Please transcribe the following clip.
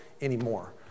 anymore